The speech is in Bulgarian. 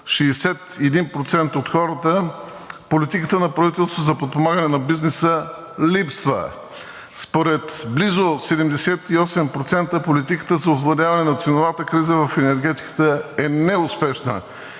61% от хората липсва политика на правителството за подпомагане на бизнеса. Според близо 78% политиката за овладяване на ценовата криза в енергетиката е неуспешна,